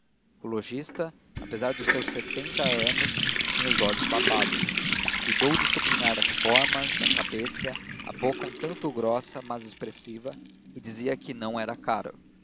o lojista apesar dos seus setenta anos tinha os olhos babados cuidou de sublinhar as formas a cabeça a boca um tanto grossa mas expressiva e dizia que não era caro